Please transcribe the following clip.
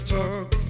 talk